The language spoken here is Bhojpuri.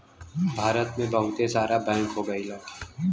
भारत मे बहुते सारा बैंक हो गइल हौ